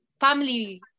family